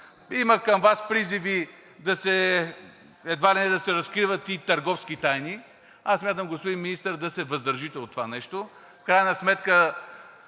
Има към Вас призиви едва ли не да се разкриват и търговски тайни. Аз смятам, господин Министър, да се въздържите от това нещо. В крайна сметка